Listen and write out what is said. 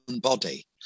body